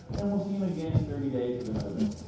and we'll see him again in thirty days with another bill.